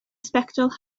sbectol